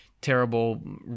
terrible